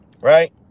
right